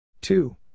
two